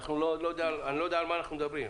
אני לא יודע על מה אנחנו מדברים.